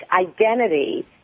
identity